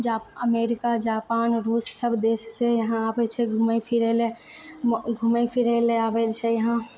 जा America Japan रूस सब देश से यहाँ आबै छै घुमै फिरैला घुमै फिरैला आबै छै यहाँ